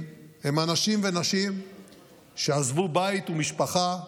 הם אנשים ונשים שעזבו בית ומשפחה,